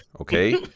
okay